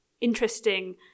interesting